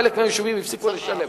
חלק מהיישובים הפסיקו לשלם.